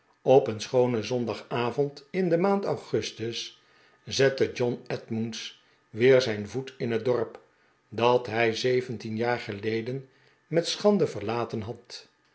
op een schoonen zondagavond in de maand augustus zette john edmunds weer zijn voet in net dorp dat hij zeventien jaar geleden met schande verlaten had